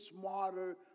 smarter